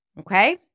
okay